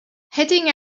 heading